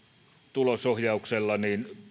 tulosohjauksella